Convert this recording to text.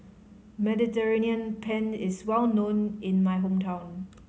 Mediterranean Penne is well known in my hometown